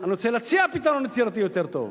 אני רוצה להציע פתרון יצירתי יותר טוב.